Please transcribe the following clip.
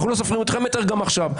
אנחנו לא סופרים אתכם ממטר גם עכשיו".